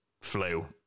flu